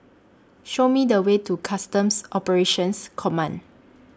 Show Me The Way to Customs Operations Command